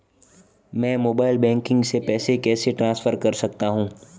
मैं mobile banking से पैसे कैसे ट्रांसफर कर सकता हूं?